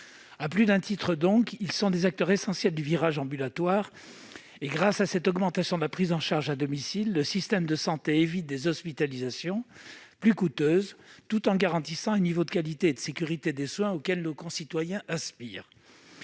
à plus d'un titre, des acteurs essentiels du virage ambulatoire. Grâce à cette augmentation de la prise en charge à domicile, le système de santé évite des hospitalisations, lesquelles seraient plus coûteuses, tout en garantissant un niveau de qualité et de sécurité des soins auxquels nos concitoyens aspirent.